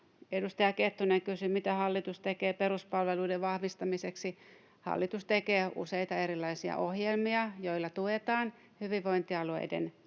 Edustaja Kettunen kysyi, mitä hallitus tekee peruspalveluiden vahvistamiseksi. Hallitus tekee useita erilaisia ohjelmia, joilla tuetaan hyvinvointialueiden